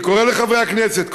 אני קורא לחברי הכנסת,